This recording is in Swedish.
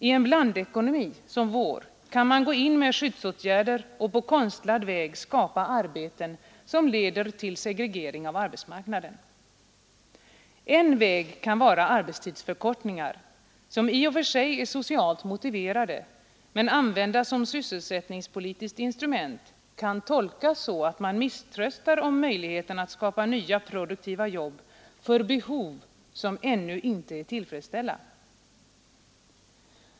I en blandekonomi kan man gå in med skyddsåtgärder och på konstlad väg skapa arbeten som leder till segregering av arbetsmarknaden. En väg kan vara arbetstidsförkortningar, som i och för sig är socialt motiverade men använda som sysselsättningspolitiskt instrument kan tolkas så att man misströstar om möjligheten att skapa nya, produktiva jobb för behov som inte är tillfredsställda.